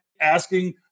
asking